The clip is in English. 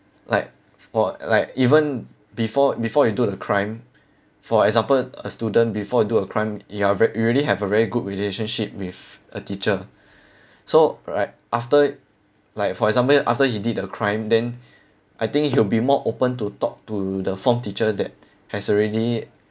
like for like even before before you do the crime for example a student before you do a crime you are ver~ you already have a very good relationship with a teacher so right after like for example after he did the crime then I think he will be more open to talk to the form teacher that has already